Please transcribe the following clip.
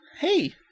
Hey